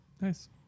Nice